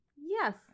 Yes